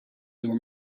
door